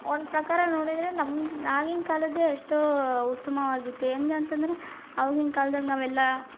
ಒಂದು ಪ್ರಕಾರ ನೋಡಿದರೆ ನಮ್ಮ ಆಗಿನ ಕಾಲದ್ದೇ ಎಷ್ಟೋ ಉತ್ತಮವಾಗಿತ್ತು ಹೇಗೆ ಅಂತಂದರೆ ಅವಾಗಿನ ಕಾಲ್ದಲ್ಲಿ ನಾವೆಲ್ಲಾ